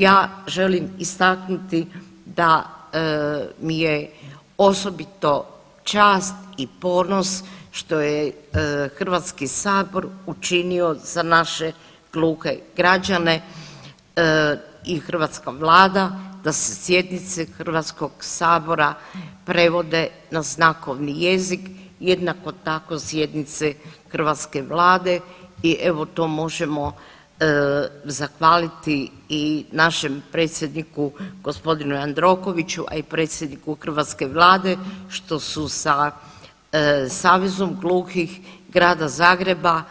Ja želim istaknuti da mi je osobito čast i ponos što je Hrvatski sabor učinio za naše gluhe građane i hrvatska Vlada da se sjednice Hrvatskog sabora prevode na znakovni jezik, jednako tako sjednice hrvatske Vlade i evo to možemo zahvaliti i našem predsjedniku gospodinu Jandrokoviću, a i predsjedniku hrvatske Vlade što su sa Savezom gluhih Grada Zagreba